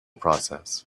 process